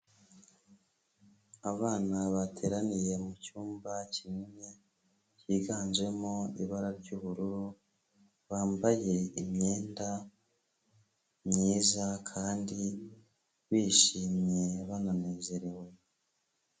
Abana bateraniye mu cyumba kinini, cyiganjemo ibara ry'ubururu, bambaye imyenda myiza kandi bishimye, banezerewe.